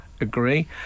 agree